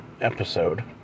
episode